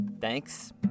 Thanks